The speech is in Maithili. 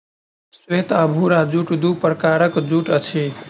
श्वेत आ भूरा जूट दू प्रकारक जूट अछि